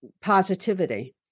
positivity